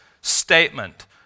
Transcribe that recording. statement